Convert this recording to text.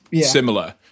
similar